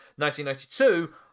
1992